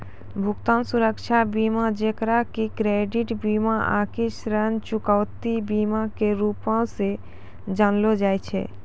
भुगतान सुरक्षा बीमा जेकरा कि क्रेडिट बीमा आकि ऋण चुकौती बीमा के रूपो से जानलो जाय छै